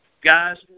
Guys